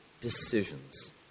decisions